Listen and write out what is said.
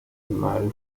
remarry